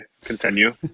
Continue